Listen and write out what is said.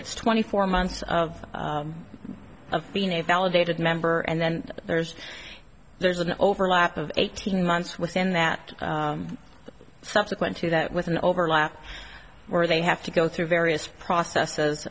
it's twenty four months of of being a validated member and then there's there's an overlap of eighteen months within that subsequent to that with an overlap where they have to go through various processes